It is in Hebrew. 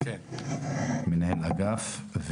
מנהל אגף,